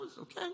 Okay